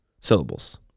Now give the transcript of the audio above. syllables